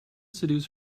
seduce